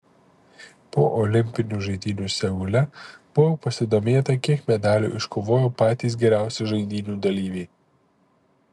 po olimpinių žaidynių seule buvo pasidomėta kiek medalių iškovojo patys geriausi žaidynių dalyviai